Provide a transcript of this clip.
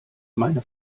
meine